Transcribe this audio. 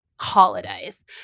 holidays